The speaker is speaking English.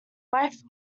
life